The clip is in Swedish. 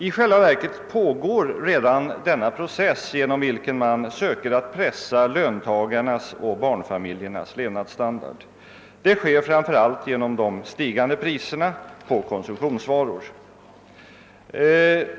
I själva verket pågår redan denna process, genom vilken man söker pressa ner löntagarnas och barnfamiljernas levnadsstandard. Detta sker framför allt genom de stigande priserna på konsumtionsvaror.